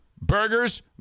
burgers